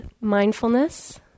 mindfulness